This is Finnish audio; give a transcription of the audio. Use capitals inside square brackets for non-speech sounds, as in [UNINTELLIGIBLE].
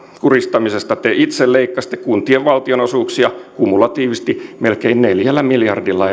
kurjistamisesta te itse leikkasitte kuntien valtionosuuksia kumulatiivisesti melkein neljällä miljardilla [UNINTELLIGIBLE]